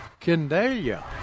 Kendalia